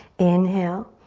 inhale.